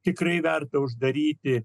tikrai verta uždaryti